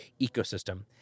ecosystem